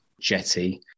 jetty